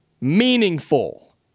meaningful